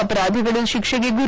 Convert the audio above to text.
ಅಪರಾಧಿಗಳು ಶಿಕ್ಷೆಗೆ ಗುರಿ